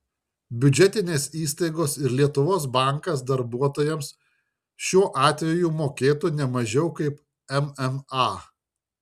biudžetinės įstaigos ir lietuvos bankas darbuotojams šiuo atveju mokėtų ne mažiau kaip mma